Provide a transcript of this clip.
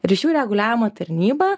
ryšių reguliavimo tarnyba